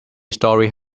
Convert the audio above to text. story